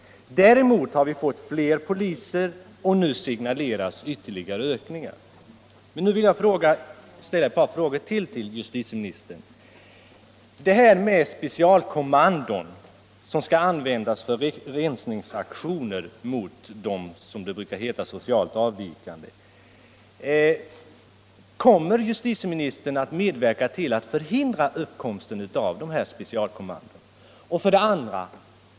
Däremot har vi fått fler poliser, och nu signaleras ytterligare ökningar. Jag vill ställa ytterligare ett par frågor till justitieministern: 1. Kommer justitieministern att medverka till att förhindra uppkomsten av specialkommandon, som skulle användas för rensningsaktioner mot de, som det brukar heta, socialt avvikande? 2.